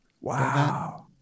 wow